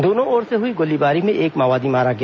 दोनों ओर र्से हुई गोलीबारी में एक माओवादी मारा गया